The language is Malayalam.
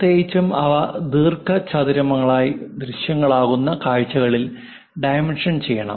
പ്രത്യേകിച്ചും അവ ദീർഘചതുരങ്ങളായി ദൃശ്യമാകുന്ന കാഴ്ചകളിൽ ഡൈമെൻഷൻ ചെയ്യണം